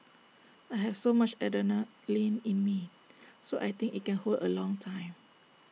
I have so much adrenaline in me so I think IT can hold A long time